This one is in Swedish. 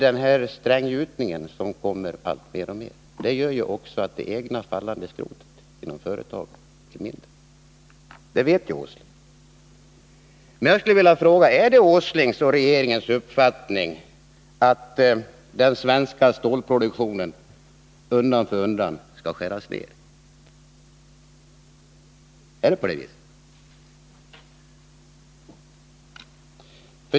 Och stränggjutningen, som börjar användas mer och mer, gör att det egna fallande skrotet inom företagen blir mindre. Det vet herr Åsling, men jag skulle vilja fråga: Är det herr Åslings och regeringens uppfattning att den svenska stålproduktionen undan för undan skall skäras ned?